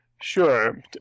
Sure